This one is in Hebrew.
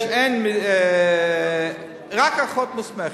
יש רק אחות מוסמכת.